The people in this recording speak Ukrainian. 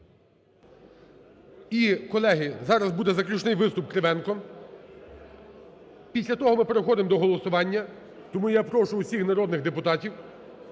І, колеги, зараз буде заключний виступ, Кривенко. Після того ми переходимо до голосування. Тому я прошу всіх народних депутатів